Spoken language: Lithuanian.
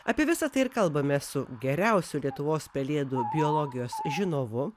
apie visa tai ir kalbame su geriausiu lietuvos pelėdų biologijos žinovu